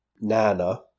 Nana